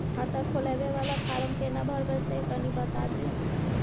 खाता खोलैबय वाला फारम केना भरबै से कनी बात दिय न?